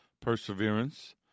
perseverance